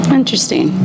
interesting